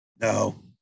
No